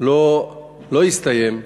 לא יסתיים.